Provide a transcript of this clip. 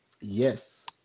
Yes